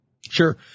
Sure